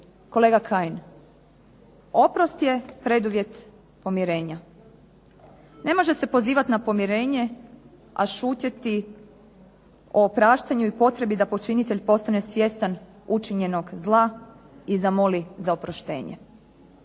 kolega Kajin. Oprost je preduvjet pomirenja. Ne može se pozivati na pomirenje, a šutjeti o opraštanju i potrebi da počinitelj postane svjestan učinjenog zla i zamoli za oproštenje.